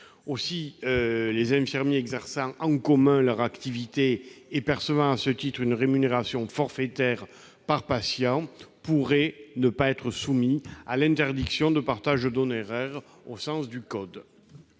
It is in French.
Aussi, les infirmiers exerçant en commun leur activité et percevant à ce titre une rémunération forfaitaire par patient pourraient ne pas être soumis à l'interdiction de partage d'honoraires au sens du code.